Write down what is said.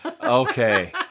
Okay